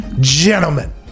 gentlemen